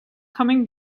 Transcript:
coming